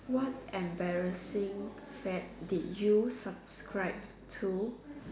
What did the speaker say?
what embarrassing fad do you subscribed to